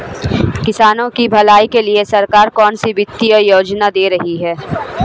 किसानों की भलाई के लिए सरकार कौनसी वित्तीय योजना दे रही है?